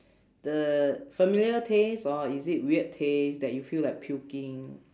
the familiar taste or is it weird taste that you feel like puking